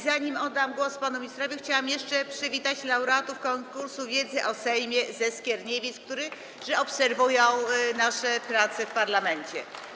Zanim oddam głos panu ministrowi, chciałam jeszcze przywitać laureatów konkursu wiedzy o Sejmie ze Skierniewic, którzy obserwują nasze prace w parlamencie.